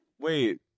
wait